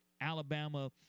Alabama